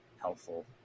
helpful